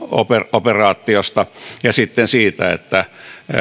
operaatiosta ja myös siitä että